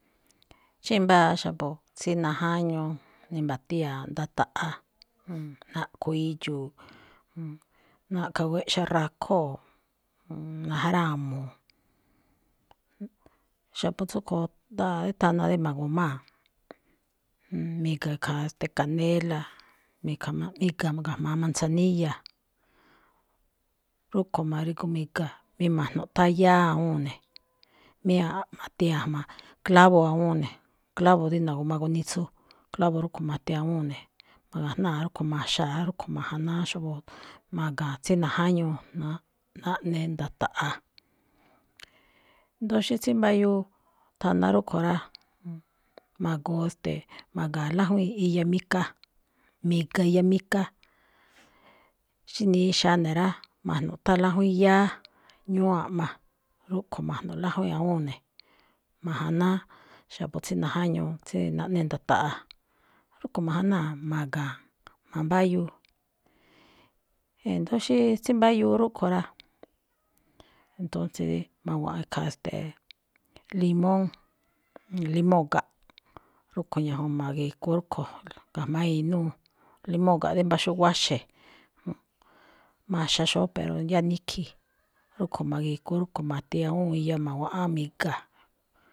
Xí mbáa xa̱bo̱ tsí najáñuu, ni̱mba̱tíya̱a̱ꞌ ndata̱ꞌa̱, naꞌkho̱ idxu̱u̱, na̱ꞌkha̱ weꞌxa rakhóo̱, najrámu̱u̱ꞌ. Xa̱bo̱ tsúꞌkho̱, nda̱a̱ rí thana rí ma̱gu̱maa̱, mi̱ga̱ khaa canela ika̱-mi̱ga̱ ga̱jma̱á manzanilla, rúꞌkho̱ ma̱rigu mi̱ga̱, mí ma̱jno̱ꞌ tháan yáá awúun ne̱, mí ma̱ti a̱jma̱ clavo awúun ne̱, clavo dí na̱gu̱ma gu̱nitsu, clavo rúꞌkho̱ ma̱te̱ awúun ne̱, ma̱ga̱jnáa rúꞌkho̱ ma̱xa̱a rúꞌkho̱ ma̱janáá xa̱bo̱ ma̱ga̱a̱n tsí najáñuu, na- naꞌne nda̱ta̱ꞌa̱. Ndo̱ó xí tsímbáyúu thana rúꞌkho̱ rá, ma̱go̱o̱, ste̱e̱, ma̱ga̱a̱n lájwíin iya mika, mika iya mika. Xí nixa̱a ne̱ rá ma̱jno̱ꞌ tháan lájwíin yáá, ñúú a̱ꞌma, rúꞌkho̱ ma̱jno̱ꞌ lájwíin awúun ne̱. Ma̱janáá xa̱bo̱ tsí najáñuu tsí naꞌne nda̱ta̱ꞌa̱. Rúꞌkho̱ ma̱janáa̱ ma̱ga̱a̱n mambáyúu. E̱ndo̱ó xí tsímbáyúu rúꞌkho̱ rá, entonce dí ma̱wa̱ꞌan khaa, ste̱e̱, limón, limóo ga̱nꞌ, rúꞌkho̱ ñajuun, ma̱gigoo rúꞌkho̱ ga̱jma̱á inúu, limóo ga̱nꞌ dí mbáa xó guáxe̱, maxa xóó pero yáá nikhi̱i̱, rúꞌkho̱ ma̱gigoo rúꞌkho̱ ma̱te̱ awúun iya ma̱wa̱ꞌan mi̱ga.